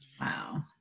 Wow